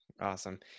Awesome